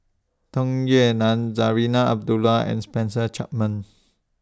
Tung Yue Nang Zarinah Abdullah and Spencer Chapman